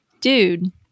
dude